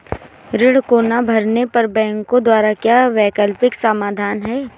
ऋण को ना भरने पर बैंकों द्वारा क्या वैकल्पिक समाधान हैं?